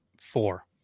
four